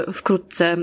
wkrótce